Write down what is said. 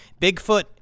Bigfoot